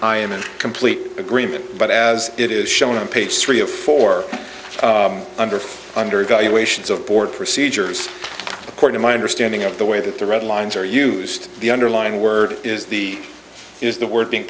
i am in complete agreement but as it is shown on page three of four under under valuations of board procedures the court in my understanding of the way that the red lines are used the underlying word is the is the word being